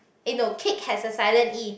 eh no cake has a silent E